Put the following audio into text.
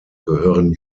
gehören